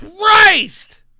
Christ